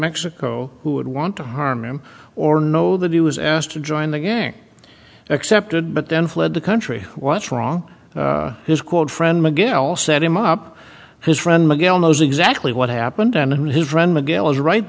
mexico who would want to harm him or know that he was asked to join the gang accepted but then fled the country what's wrong his quote friend miguel set him up his friend miguel knows exactly what happened and his friend miguel is right